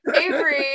Avery